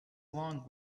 long